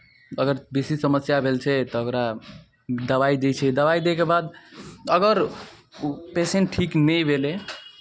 अगर बेसी समस्या भेल छै तऽ ओकरा दबाइ दै छै दबाइ दैके बाद अगर ऊ पेशेन्ट ठीक नहि भेलै